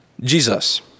Jesus